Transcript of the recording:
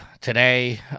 today